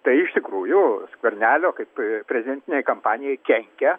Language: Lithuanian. tai iš tikrųjų skvernelio kaip prezidentinei kampanijai kenkia